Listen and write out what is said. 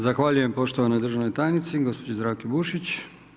Zahvaljujem poštovanoj državnoj tajnici, gospođi Zdravki Bušić.